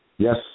Yes